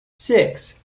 six